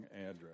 address